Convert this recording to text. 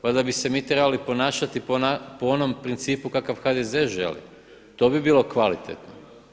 Valjda bi se mi trebali ponašati po onom principu kakav HDZ želi, to bi bilo kvalitetno.